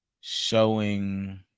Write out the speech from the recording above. showing